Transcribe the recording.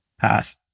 path